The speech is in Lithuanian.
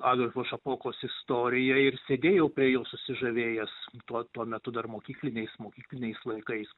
adolfo šapokos istoriją ir sėdėjau prie jos susižavėjęs tuo tuo metu dar mokykliniais mokykliniais laikais